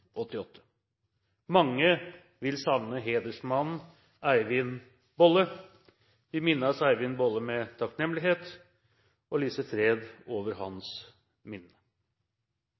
vil savne hedersmannen Eivind Bolle. Vi minnes Eivind Bolle med takknemlighet og lyser fred over hans minne.